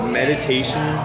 meditation